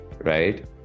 right